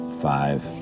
five